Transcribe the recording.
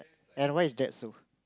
and why is that so